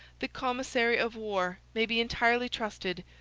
the commissary of war, may be entirely trusted.